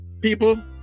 People